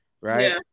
right